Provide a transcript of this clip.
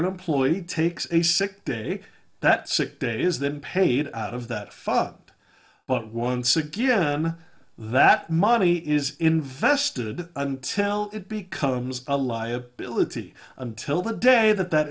an employee takes a sick day that sick day is then paid out of that fund but once again that money is invested until it becomes a liability until the day that that